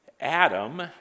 Adam